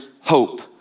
hope